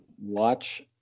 watch